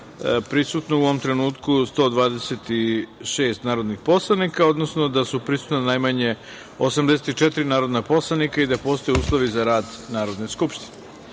prisutno 126 narodnih poslanika, odnosno da je prisutno najmanje 84 narodna poslanika i da postoje uslovi za rad Narodne